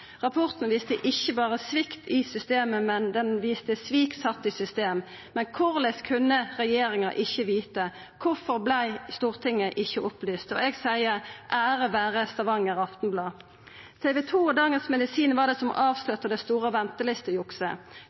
Rapporten viste ikkje berre svikt i systemet, men han viste svik sett i system. Korleis kunne regjeringa ikkje vita? Kvifor vart Stortinget ikkje opplyst? Eg seier: Ære vera Stavanger Aftenblad! TV 2 og Dagens Medisin var dei som avslørte det store